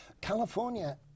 California